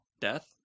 Death